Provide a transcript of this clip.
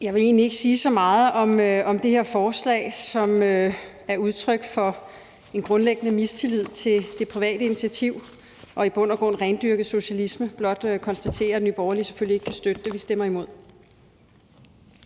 Jeg vil egentlig ikke sige så meget om det her forslag, som er udtryk for en grundlæggende mistillid til det private initiativ og i bund og grund rendyrket socialisme. Jeg vil blot konstatere, at Nye Borgerlige selvfølgelig ikke kan støtte det. Vi stemmer imod.